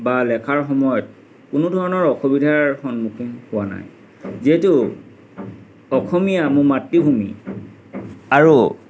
বা লেখাৰ সময়ত কোনো ধৰণৰ অসুবিধাৰ সন্মুখীন হোৱা নাই যিহেতু অসমীয়া মোৰ মাতৃভূমি আৰু